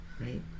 right